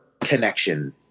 connection